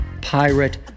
pirate